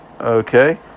Okay